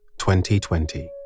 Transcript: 2020